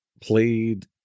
played